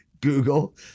Google